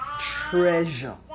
treasure